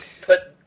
put